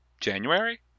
January